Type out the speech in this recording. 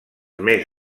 més